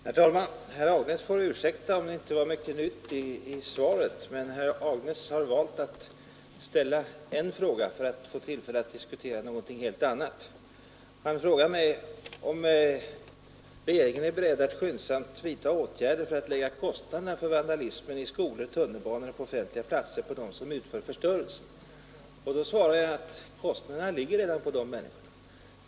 Herr talman! Herr Nilsson i Agnäs får ursäkta om det inte var mycket nytt i svaret, men herr Nilsson har valt att ställa en fråga för att få tillfälle att diskutera någonting helt annat. Han frågade om regeringen är beredd att ”skyndsamt vidta åtgärder i syfte att lägga kostnaderna för vandalismen i skolor, tunnelbanor och på offentliga platser på dem som utför förstörelsen”. Då svarar jag att kostnaderna ligger redan på de människorna.